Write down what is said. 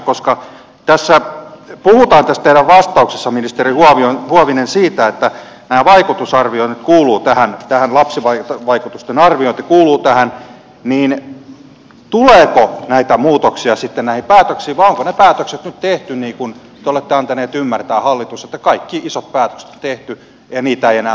koska tässä teidän vastauksessanne puhutaan ministeri huovinen siitä että nämä vaikutusarvioinnit kuuluvat tähän lapsivaikutusten arviointi niin tuleeko näitä muutoksia sitten näihin päätöksiin vai onko ne päätökset nyt tehty niin kuin te olette antaneet ymmärtää hallitus että kaikki isot päätökset on tehty ja niitä ei enää muuteta